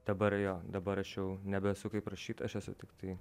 dabar jo dabar aš jau nebesu kaip rašytojas aš esu tiktai